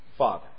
Father